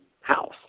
house